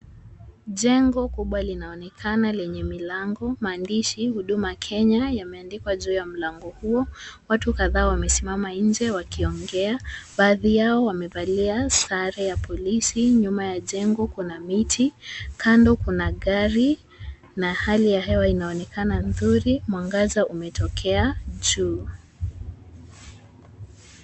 Jengo kubwa linaonekana lenye milango, maandishi "Huduma Kenya" yameandikwa juu ya mlango huo. Watu kadhaa wamesimama nje wakiongea baadhi yao wamevali sare ya polisi nyuma ya jwngo kuna miti ,kando kuna gari na hali ya hewa inaonekana nzuri mwangaza umetokea juu.